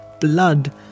blood